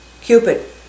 Cupid